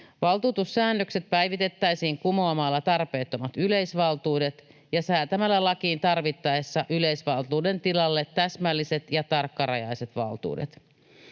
Valtuutussäännökset päivitettäisiin kumoamalla tarpeettomat yleisvaltuudet ja säätämällä lakiin tarvittaessa yleisvaltuuden tilalle täsmälliset ja tarkkarajaiset valtuudet.